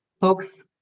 folks